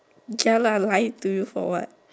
ya lah lie to you for what